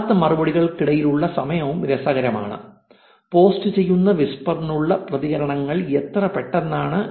യഥാർത്ഥ മറുപടികൾക്കിടയിലുള്ള സമയവും രസകരമാണ് പോസ്റ്റുചെയ്യുന്ന വിസ്പറിനുള്ള പ്രതികരണങ്ങൾ എത്ര പെട്ടെന്നാണ്